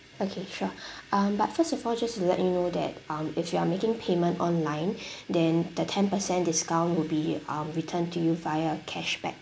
okay sure um but first of all just to let you know that um if you are making payment online than the ten percent discount will be um returned to you via cash back